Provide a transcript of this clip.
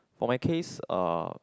for my case uh